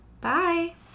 Bye